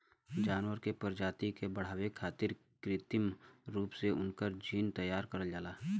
जानवर के प्रजाति के बढ़ावे खारित कृत्रिम रूप से उनकर जीन तैयार करल जाला